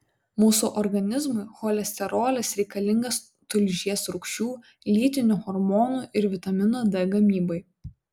mūsų organizmui cholesterolis reikalingas tulžies rūgščių lytinių hormonų ir vitamino d gamybai